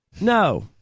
No